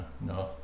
no